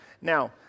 now